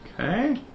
Okay